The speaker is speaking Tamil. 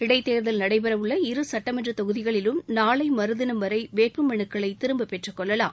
இடைத்தேர்தல் நடைபெறஉள்ள இரு சட்டமன்றதொகுதிகளிலும் நாளைமறுதினம் வரைவேட்பு மறுக்களைதிரும்பப் பெற்றுக்கொள்ளலாம்